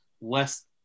less